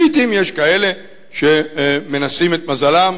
לעתים יש כאלה שמנסים את מזלם.